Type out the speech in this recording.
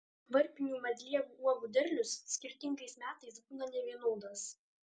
varpinių medlievų uogų derlius skirtingais metais būna nevienodas